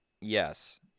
Yes